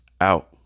out